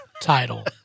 title